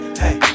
hey